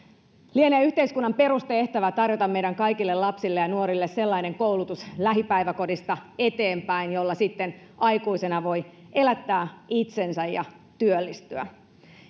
lienee yhteiskunnan perustehtävä tarjota meidän kaikille lapsille ja nuorille sellainen koulutus lähipäiväkodista eteenpäin jolla sitten aikuisena voi elättää itsensä ja työllistyä